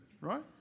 right